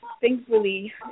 thankfully